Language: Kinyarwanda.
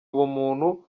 ubumuntu